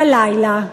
בלילה,